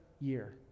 year